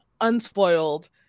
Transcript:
unspoiled